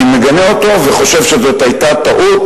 אני מגנה אותו וחושב שזאת היתה טעות,